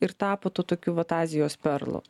ir tapo tuo tokiu vat azijos perlu